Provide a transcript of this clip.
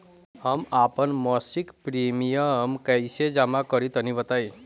हम आपन मसिक प्रिमियम कइसे जमा करि तनि बताईं?